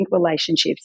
relationships